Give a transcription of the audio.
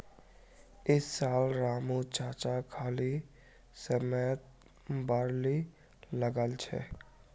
इस साल रामू चाचा खाली समयत बार्ली लगाल छ